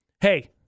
Hey